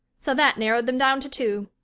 so that narrowed them down to two.